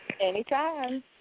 Anytime